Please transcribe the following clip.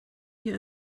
hier